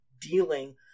dealing